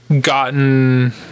gotten